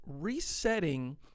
resetting